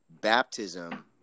baptism